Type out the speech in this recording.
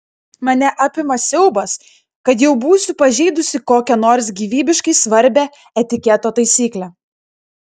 mane apima siaubas kad jau būsiu pažeidusi kokią nors gyvybiškai svarbią etiketo taisyklę